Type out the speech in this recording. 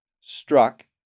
struck